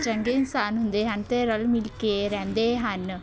ਚੰਗੇ ਇਨਸਾਨ ਹੁੰਦੇ ਹਨ ਅਤੇ ਰਲ਼ ਮਿਲ ਕੇ ਰਹਿੰਦੇ ਹਨ